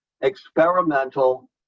experimental